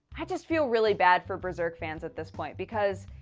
i just feel really bad for berserk fans at this point, because.